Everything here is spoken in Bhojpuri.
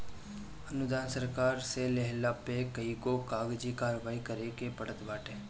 अनुदान सरकार से लेहला पे कईगो कागजी कारवाही करे के पड़त बाटे